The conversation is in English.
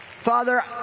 Father